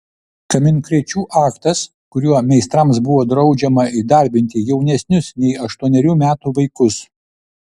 kaminkrėčių aktas kuriuo meistrams buvo draudžiama įdarbinti jaunesnius nei aštuonerių metų vaikus